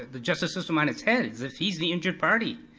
the justice system on its head, as if he's the injured party.